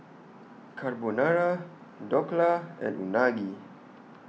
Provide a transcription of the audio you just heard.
Carbonara Dhokla and Unagi